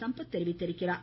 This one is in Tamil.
சம்பத் தெரிவித்துள்ளார்